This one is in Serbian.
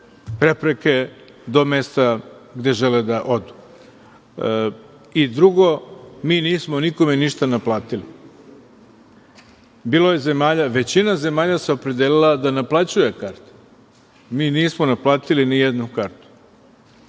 prepreke do mesta gde žele da odu. Drugo, mi nismo nikome ništa naplatili. Većina zemalja se opredelila da naplaćuje karte. Mi nismo naplatili ni jednu kartu.